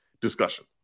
discussion